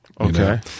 Okay